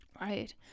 Right